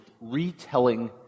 retelling